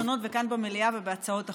השונות וכאן במליאה ובהצעות החוק,